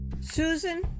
Susan